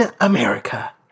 America